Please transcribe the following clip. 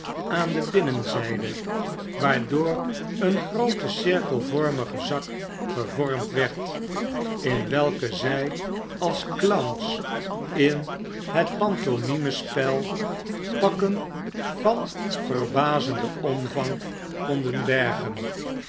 aan de binnenzjjde waardoor een groote cirkelvormige zak gevormd werd in welke zij als clowns in het pantomime spel pakken van verbazendenomvang konden bergen